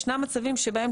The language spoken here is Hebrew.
ישנם מצבים שבהם,